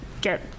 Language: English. Get